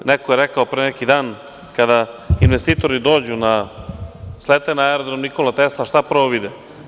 Neko je rekao pre neki dan, kada investitori dođu, slete na aerodrom „Nikola Tesla“, šta prvo vide?